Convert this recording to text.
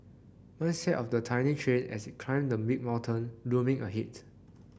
mindset of the tiny train as it climbed the big mountain looming ahead